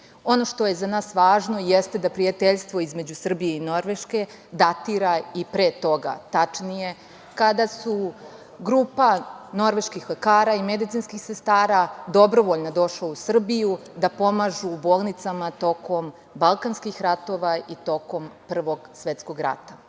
Ono što je za nas važno jeste da prijateljstvo između Srbije i Norveške datira i pre toga, tačnije kada je grupa norveških lekara i medicinskih sestara dobrovoljno došla u Srbiju da pomaže u bolnicama tokom Balkanskih ratova i tokom Prvog svetskog